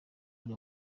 ari